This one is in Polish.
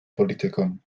politykom